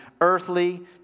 earthly